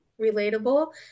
relatable